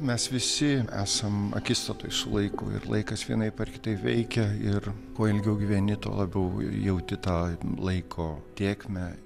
mes visi esam akistatoj su laiku ir laikas vienaip ar kitaip veikia ir kuo ilgiau gyveni tuo labiau jauti tą laiko tėkmę